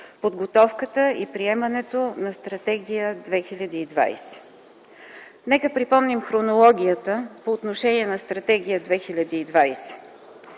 подготовката и приемането на Стратегия 2020”. Нека припомним хронологията по отношение на Стратегия 2020.